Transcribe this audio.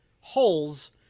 holes